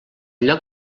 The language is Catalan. lloc